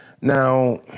Now